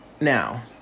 Now